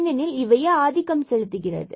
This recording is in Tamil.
ஏனெனில் இவையே ஆதிக்கம் செலுத்துகிறது